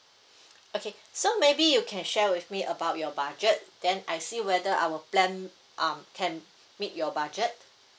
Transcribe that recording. okay so maybe you can share with me about your budget then I see whether our plan um can meet your budget